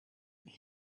eich